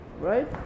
Right